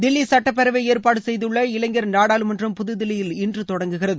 தில்லி சுட்டப்பேரவை ஏற்பாடு செய்துள்ள இளைஞர் நாடாளுமன்றம் புதுதில்லியில் இன்று தொடங்குகிறது